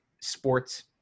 sports